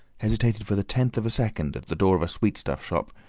hesitated for the tenth of a second at the door of a sweetstuff shop,